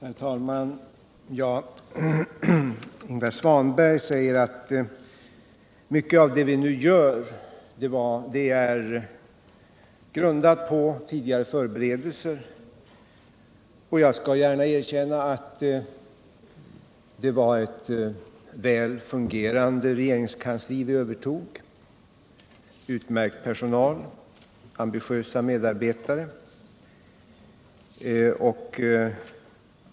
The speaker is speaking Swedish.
Herr talman! Herr Svanberg säger att mycket av det regeringen nu gör är grundat på tidigare förberedelser. Jag skall gärna erkänna att vi övertog ett väl fungerande regeringskansli med utmärkt personal och ambitiösa medarbetare.